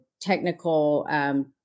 technical